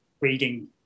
reading